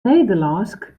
nederlânsk